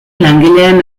langileen